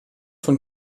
von